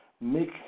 Make